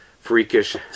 freakish